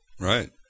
right